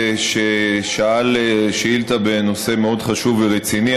ששאל שאילתה בנושא מאוד חשוב ורציני,